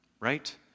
right